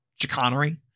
chicanery